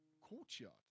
courtyard